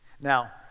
Now